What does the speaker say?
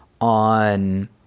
on